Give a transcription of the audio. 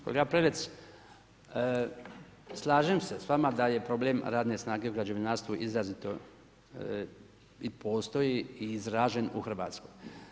Kolega Prelec, slažem se s vama da je problem radne snage u građevinarstvu izrazito i postoji i izražen u Hrvatskoj.